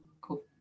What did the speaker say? Cool